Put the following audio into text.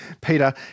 Peter